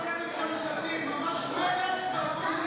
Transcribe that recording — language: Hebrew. מצביעים על צדק חלוקתי, ממש מרצ והקומוניסטים.